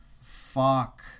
fuck